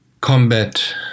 combat